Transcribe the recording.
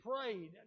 prayed